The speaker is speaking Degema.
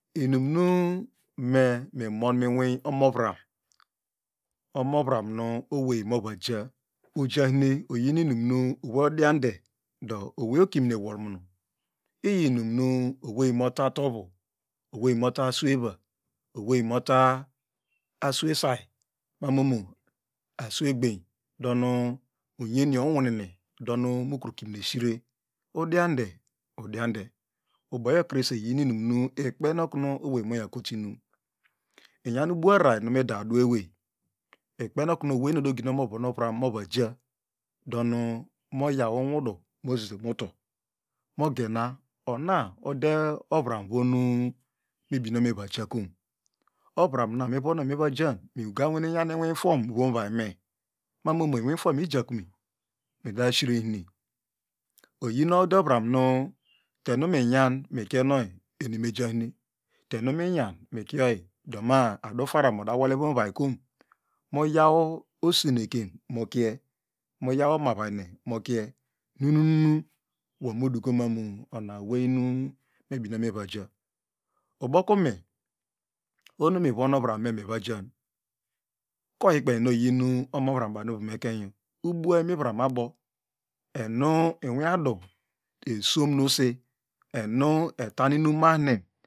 Inum nu me mi mon mi uwi omovram omovravu nu owey omojahine owey movaja ajahine ovey odiade owey okiminewolmunu iyinum owey motatovu owey mo ta asweva owey mota tovu owey mo ta asweva oway mota aswaysay marmomo aswegben donu unyenis onwunene donu mukru kimune shre udiande udiande uboyo krese iyimunu ikperokuna owey moya kotinum inyan abua arar mida adu ewey ikponoknu ovay mu okpene okun nyo movram mova ja moyaw unwudu mosisemuto moyena mna ode ovramuo mebine okum mevoja kom? Ovramuo mivonu mi va jan miganware nyan inwifiwon mu uvay me mamomo inwifwom mu uvary me mamomo inwifwom ijakume mitashirehire oyino dow uoramu tenuminyan mukiemo eni mejahine tenu minyan kienyi do ma adu faram odaowolem ivom uvay komo muyaw osenekem kie moyaw omavahine mo kue nunu womudukomamu ona owerjinu mebine meva ja ubokume oho nu mivon ovrane mivo jan koyikpenu oyinu omovram ovrame mivojan koyikpenu oyinu omovran baw ivom ekenyo ubua imivram abo enu inwiadu esom nu usi enu etan inum nahine